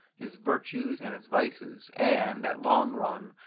his virtues and his vices, and, at long run,